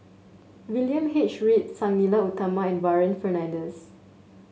William H Read Sang Nila Utama and Warren Fernandez